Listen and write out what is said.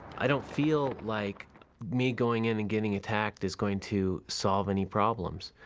i don't feel like me going in and getting attacked is going to solve any problems.